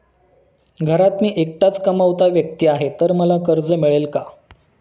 घरात मी एकटाच कमावता व्यक्ती आहे तर मला कर्ज मिळेल का?